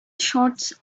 shots